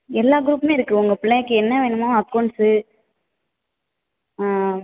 எல்லா குரூப்புமே இருக்கு உங்கள் பிள்ளைக்கு என்ன வேணுமோ அக்கவுண்ட்ஸ்ஸு